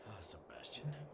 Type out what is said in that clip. Sebastian